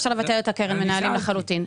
אפשר לבטל את קרן המנהלים לחלוטין.